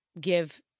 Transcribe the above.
give